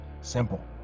simple